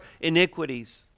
iniquities